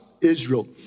Israel